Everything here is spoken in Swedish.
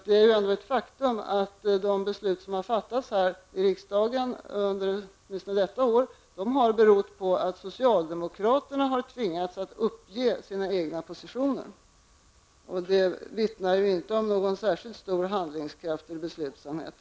Det är ju ändå ett faktum att de beslut som har fattats här i riksdagen åtminstone under detta år har varit en följd av att socialdemokraterna har tvingats uppge sina egna positioner. Och det vittnar ju inte om någon särskilt stor handlingskraft eller beslutsamhet.